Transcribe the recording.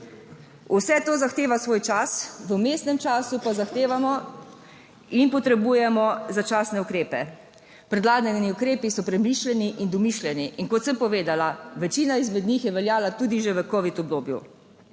Vse to zahteva svoj čas, v vmesnem času pa zahtevamo, in potrebujemo začasne ukrepe. Predlagani ukrepi so premišljeni in domišljeni, in kot sem povedala, večina izmed njih je veljala tudi že v Covid obdobju.